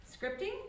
scripting